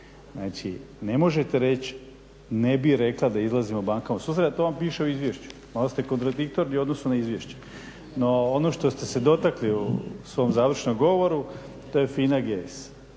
Znači, ne možete reći ne bih rekla da izlazimo bankama u susret a to vam piše u izvješću, malo ste kontradiktorni u odnosu na izvješće. No, ono što ste se dotakli u svom završnom govoru to je FINA GS.